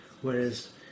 whereas